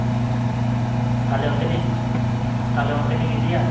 ᱦᱩᱸ ᱛᱟᱞᱦᱮ ᱚᱱᱛᱮ ᱞᱤᱧ ᱛᱟᱞᱦᱮ ᱚᱱᱛᱮᱞᱤᱧ ᱤᱫᱤᱭᱟ